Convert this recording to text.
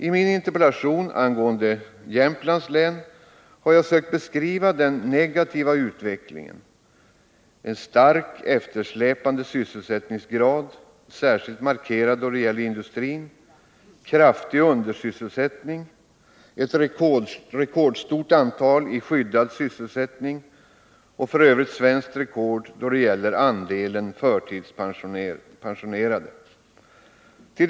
I min interpellation angående Jämtlands län har jag sökt beskriva den negativa utvecklingen: en starkt eftersläpande sysselsättningsgrad särskilt markerad då det gäller industrin. Kraftig undersysselsättning, ett rekordstort antal människor i skyddad sysselsättning och f.ö. svenskt rekord då det gäller andelen förtidspensionerade kan också noteras.